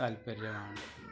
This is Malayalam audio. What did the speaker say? താൽപര്യമാണ്